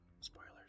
Spoilers